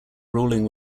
ruling